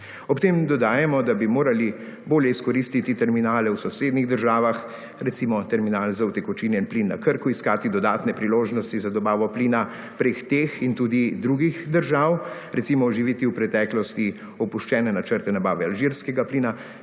Ob tem dodajamo, da bi morali bolje izkoristiti terminale v sosednjih državah recimo terminal za utekočinjen plin na Krku, iskati dodatne priložnosti za dobavo plina preko treh in tudi drugih držav recimo živeti v preteklosti opuščene načrte nabave alžirskega plina